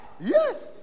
yes